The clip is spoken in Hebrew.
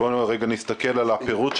בואו נסתכל על הפירוט,